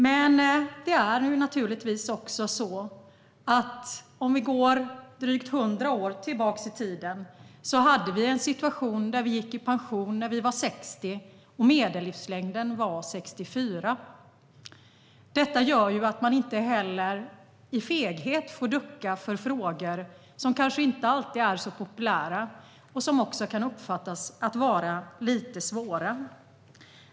Men det är naturligtvis också så att vi drygt hundra år tillbaka i tiden hade en situation där vi gick i pension när vi var 60 och medellivslängden var 64. Detta gör att man inte av feghet får ducka för frågor som kanske inte alltid är så populära och som kan uppfattas som lite svåra.